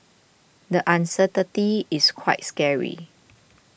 the uncertainty is quite scary